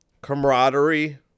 camaraderie